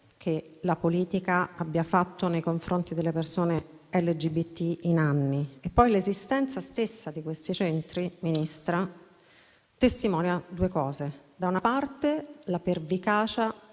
che la politica abbia fatto nei confronti delle persone LGBT per anni. Inoltre, l'esistenza stessa di questi centri, Ministra, testimonia due cose. Da una parte, testimonia